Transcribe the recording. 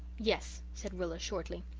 yes, said rilla shortly.